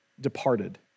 departed